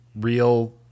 real